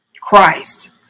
Christ